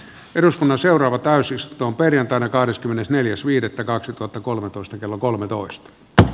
eduskunnan seuraava täysistuntoon perjantaina kahdeskymmenesneljäs viidettä kaksituhattakolmetoista kello kolmetoista to